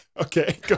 okay